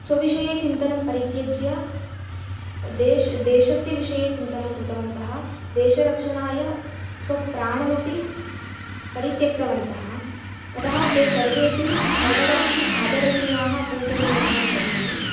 स्वविषये चिन्तनं परित्यज्य देश देशस्य विषये चिन्तनं कृतवन्तः देशरक्षणाय स्वप्राणमपि परित्यक्तवन्तः अतः ते सर्वेपि सर्वदापि अदरणीयाः पूजनीयाः भवन्ति